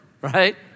right